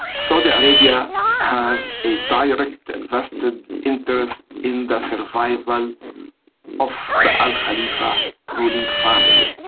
saudi arabia has a direct vested interest in the survival um of the al khalifa ruling family,